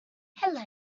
hello